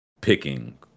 picking